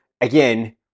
again